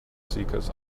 seekers